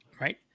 Right